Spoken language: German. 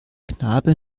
knabe